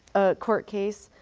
court case,